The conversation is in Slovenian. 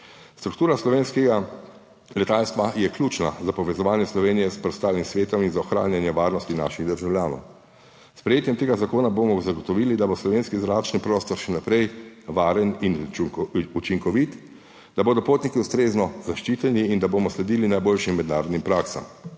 Struktura slovenskega letalstva je ključna za povezovanje Slovenije s preostalim svetom in za ohranjanje varnosti naših državljanov. S sprejetjem tega zakona bomo zagotovili, da bo slovenski zračni prostor še naprej varen in učinkovit, da bodo potniki ustrezno zaščiteni in da bomo sledili najboljšim mednarodnim praksam.